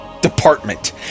department